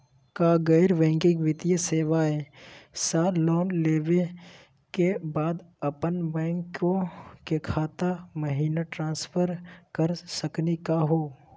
का गैर बैंकिंग वित्तीय सेवाएं स लोन लेवै के बाद अपन बैंको के खाता महिना ट्रांसफर कर सकनी का हो?